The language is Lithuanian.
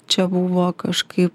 čia buvo kažkaip